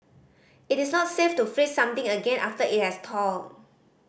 it is not safe to freeze something again after it has thawed